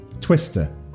Twister